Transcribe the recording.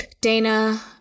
Dana